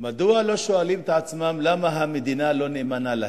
מדוע הם לא שואלים את עצמם למה המדינה לא נאמנה להם?